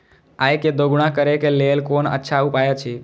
आय के दोगुणा करे के लेल कोन अच्छा उपाय अछि?